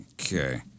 Okay